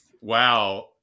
Wow